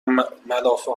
ملحفه